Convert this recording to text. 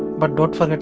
but don't forget